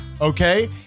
okay